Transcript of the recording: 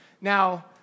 Now